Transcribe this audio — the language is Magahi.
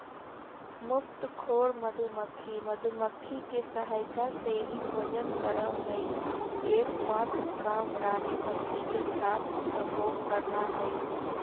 मुफ्तखोर मधुमक्खी, मधुमक्खी के सहायता से ही भोजन करअ हई, एक मात्र काम रानी मक्खी के साथ संभोग करना हई